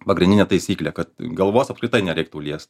pagrindinė taisyklė kad galvos apskritai nereiktų liest